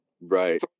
right